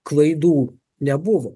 klaidų nebuvo